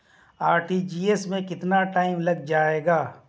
RTGS में कितना time लग जाएगा?